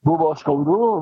buvo skaudu